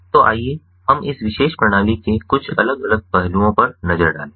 तो आइए हम इस विशेष प्रणाली के कुछ अलग पहलुओं पर नजर डालें